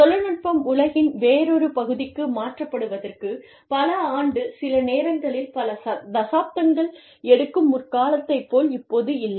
தொழில்நுட்பம் உலகின் வேறொரு பகுதிக்கு மாற்றப்படுவதற்குப் பல ஆண்டு சில நேரங்களில் பல தசாப்தங்கள் எடுக்கும் முற் காலத்தை போல் இப்போது இல்லை